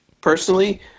personally